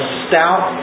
stout